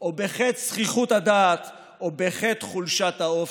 או בחטא זחיחות הדעת או בחטא חולשת האופי.